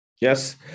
Yes